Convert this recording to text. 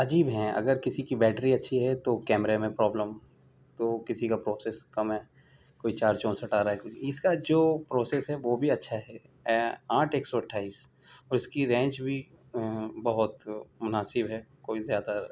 عجیب ہیں اگر کسی کی بیٹری اچھی ہے تو کمیرے میں پروبلم تو کسی کا پروسیس کم ہے کوئی چار چوسٹھ آرہا ہے اس کا جو پروسیس وہ بھی اچھا ہے آٹھ ایک سو اٹھائیس اور اس کی رینج بھی بہت مناسب ہے کوئی زیادہ